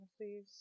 please